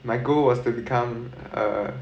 my goal was to become err